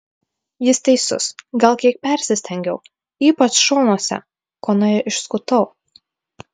jis teisus gal kiek persistengiau ypač šonuose kone išskutau